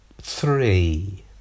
Three